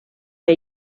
que